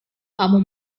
kamu